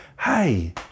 hey